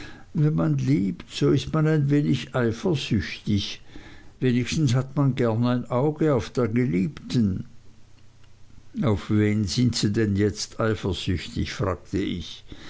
wenn man liebt so ist man ein wenig eifersüchtig wenigstens hat man gern ein auge auf der geliebten auf wen sind sie denn jetzt eifersüchtig fragte ich